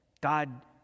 God